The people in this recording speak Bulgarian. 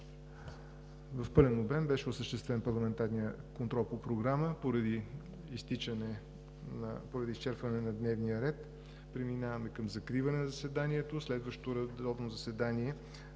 контрол беше осъществен в пълен обем по програма. Поради изчерпване на дневния ред преминаваме към закриване на заседанието. Следващото редовно заседание